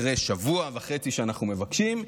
אחרי שבוע וחצי שאנחנו מבקשים,